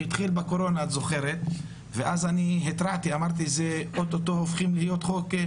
שהתחיל בזמן הקורונה בזמנו התרעתי ואמרתי שאוטוטו זה הופך להיות חוק,